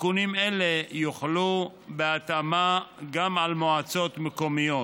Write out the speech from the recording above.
תיקונים אלה יוחלו בהתאמה גם על מועצות מקומיות.